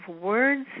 words